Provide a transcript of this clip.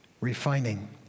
refining